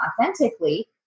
authentically